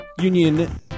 Union